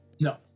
No